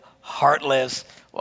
heartless